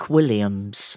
Williams